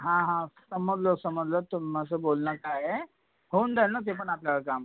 हां हां समजलं समजलं तुमचं बोलणं काय आहे होऊन जाईल ना ते पण आपलं काम